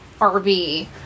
RV